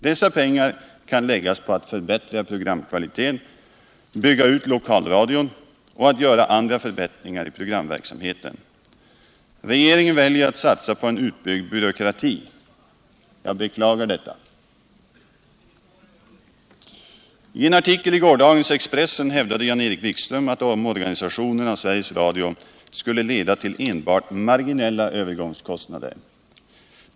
Dessa pengar kan läggas på att förbättra programkvaliteten, bygga ut lokalradion och göra andra förbättringar i programverksamheten. Regeringen väljer att satsa på en utbyggd byråkrati. Jag beklagar detta. I en artikel i gårdagens Expressen hävdade Jan-Erik Wikström att omorganisationen av Sveriges Radio enbart skulle leda till marginella övergångskostnader.